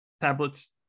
tablets